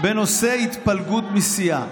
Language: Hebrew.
בנושא התפלגות מסיעה.